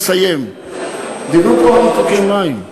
תאגידי המים הפכו למסחטה של כספים מהציבור הרחב.